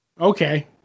Okay